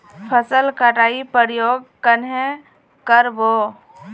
फसल कटाई प्रयोग कन्हे कर बो?